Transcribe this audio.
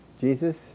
Jesus